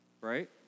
right